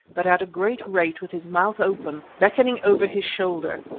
but at a great rate with his mouth open, beckoning over his shoulder,